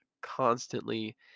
constantly